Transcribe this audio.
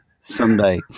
someday